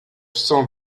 cent